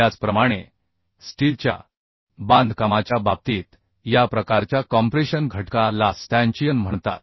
त्याचप्रमाणे स्टीलच्या बांधकामाच्या बाबतीत या प्रकारच्या कॉम्प्रेशन घटका ला स्टॅंचियन म्हणतात